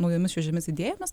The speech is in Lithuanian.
naujomis šviežiomis idėjomis